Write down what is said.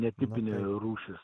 netipinė rūšis